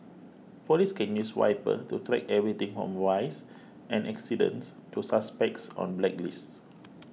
police can use Viper to track everything from vice and accidents to suspects on blacklists